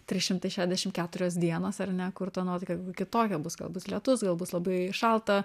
trys šimtai šešiasdešim keturios dienos ar ne kur ta nuotaika kitokia bus gal bus lietus gal bus labai šalta